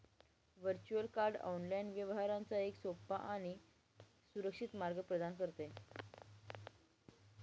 virtual card online व्यवहारांचा एक सोपा आणि सुरक्षित मार्ग प्रदान करते